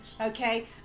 Okay